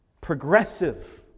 Progressive